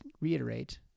reiterate